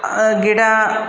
ಗಿಡ